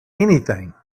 anything